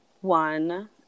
one